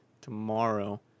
tomorrow